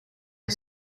are